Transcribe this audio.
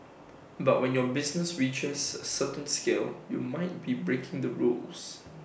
but when your business reaches A certain scale you might be breaking the rules